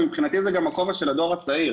ומבחינתי זה גם הכובע של הדור הצעיר,